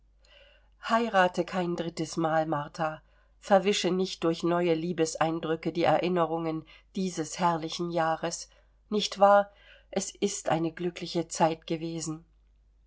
heirate kein drittes mal martha verwische nicht durch neue liebeseindrücke die erinnerungen dieses herrlichen jahres nicht wahr es ist eine glückliche zeit gewesen